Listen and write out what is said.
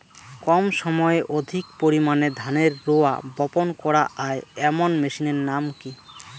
কম সময়ে অধিক পরিমাণে ধানের রোয়া বপন করা য়ায় এমন মেশিনের নাম কি?